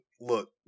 look